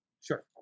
Sure